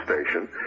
station